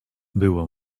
było